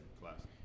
Classic